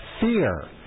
Fear